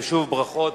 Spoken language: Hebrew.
ושוב, ברכות